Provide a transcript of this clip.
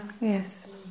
Yes